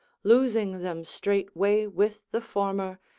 losing them straightway with the former,